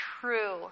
true